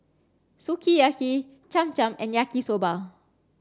Sukiyaki Cham Cham and Yaki Soba